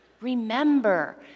remember